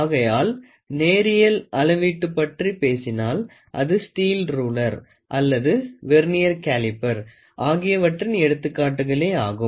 ஆகையால் நேரியல் அளவீட்டு பற்றி பேசினால் அது ஸ்டீல் ரூலர் அல்லது வெர்னியர் கேலிப்பேர் ஆகியவற்றின் எடுத்துக்காட்டுகளே ஆகும்